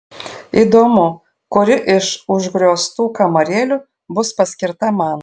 įdomu kuri iš užgrioztų kamarėlių bus paskirta man